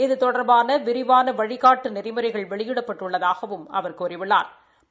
இது தொடர்பான விரிவான வழிகாட்டு நெறிமுறைகள் வெளியிடப் பட்டுள்ளதாகவும் அவர் கூறியுள்ளா்